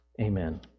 Amen